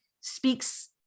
speaks